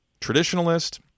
traditionalist